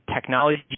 technology